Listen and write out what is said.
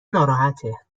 ناراحته